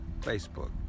Facebook